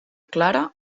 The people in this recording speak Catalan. clara